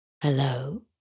Hello